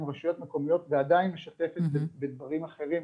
רשויות מקומיות ועדיין משתפת בדברים אחרים,